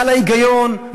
מעל ההיגיון,